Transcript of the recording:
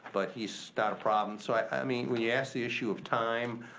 but he's got a problem. so i mean we ask the issue of time,